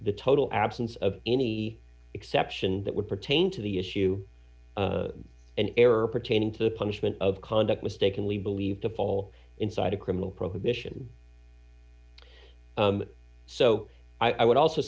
the total absence of any exception that would pertain to the issue an error pertaining to the punishment of conduct mistakenly believed to fall inside a criminal probe mission so i would also